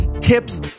tips